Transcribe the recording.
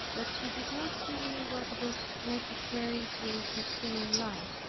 that she did not give me what was necessary to sustain life.